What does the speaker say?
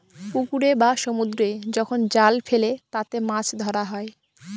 পুকুরে বা সমুদ্রে যখন জাল ফেলে তাতে মাছ ধরা হয়